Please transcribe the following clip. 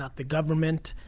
ah the government,